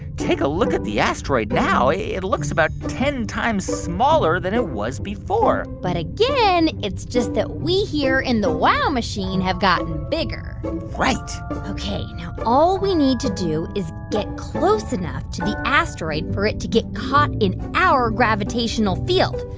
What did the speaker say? take a look at the asteroid now. it looks about ten times smaller than it was before but again, it's just that we here in the wow machine have gotten bigger right ok. now all we need to do is get close enough to the asteroid for it to get caught in our gravitational field.